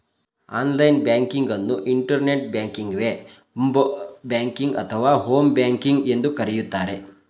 online banking ಅನ್ನು internet ಬ್ಯಾಂಕಿಂಗ್ವೆ, ಬ್ ಬ್ಯಾಂಕಿಂಗ್ ಅಥವಾ ಹೋಮ್ ಬ್ಯಾಂಕಿಂಗ್ ಎಂದು ಕರೆಯುತ್ತಾರೆ